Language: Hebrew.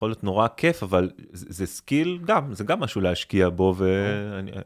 יכול נורא כיף אבל זה סקיל גם זה גם משהו להשקיע בו ואני.